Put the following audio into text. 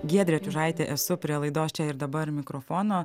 giedrė čiužaitė esu prie laidos čia ir dabar mikrofono